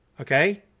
Okay